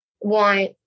want